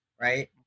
Right